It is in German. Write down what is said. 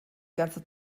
ganze